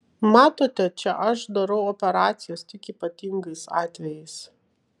matote čia aš darau operacijas tik ypatingais atvejais